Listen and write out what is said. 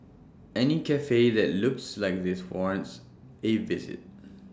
any Cafe that looks like this warrants A visit